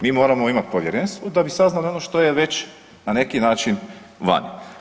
Mi moramo imati povjerenstvo da bi saznali ono što je već na neki način vani.